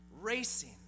racing